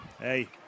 Hey